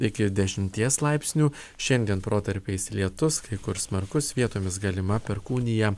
iki dešimties laipsnių šiandien protarpiais lietus kai kur smarkus vietomis galima perkūnija